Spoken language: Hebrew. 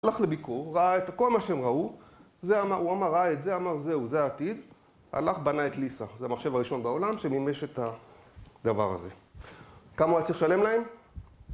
הלך לביקור, ראה את כל מה שהם ראו, ואמר הוא אמר את זה, זהו, זה העתיד. הלך, בנה את ליסה, זה המחשב הראשון בעולם שמימש את הדבר הזה. כמה הוא היה צריך לשלם להם?